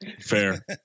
Fair